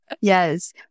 Yes